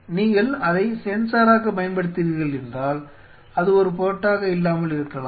நீங்கள் அதை சென்சாராகப் பயன்படுத்துகிறீர்கள் என்றால் அது ஒரு பொருட்டாக இல்லாமல் இருக்கலாம்